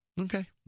Okay